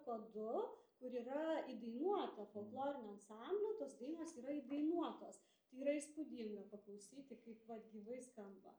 kodu kur yra įdainuota folklorinio ansamblio tos dainos yra įdainuotos tai yra įspūdinga paklausyti kaip vat gyvai skamba